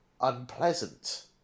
unpleasant